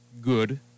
good